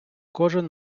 кожен